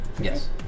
Yes